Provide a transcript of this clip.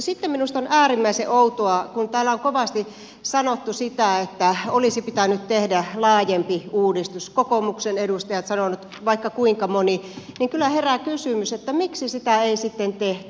sitten minusta on äärimmäisen outoa että kun täällä on kovasti sanottu että olisi pitänyt tehdä laajempi uudistus kokoomuksen edustajat ovat sanoneet vaikka kuinka moni niin kyllä herää kysymys että miksi sitä ei sitten tehty